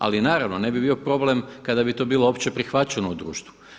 Ali naravno ne bi bio problem kada bi to bilo opće prihvaćeno u društvu.